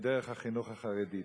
דרך החינוך החרדי.